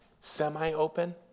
Semi-open